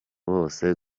bose